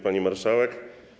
Pani Marszałek!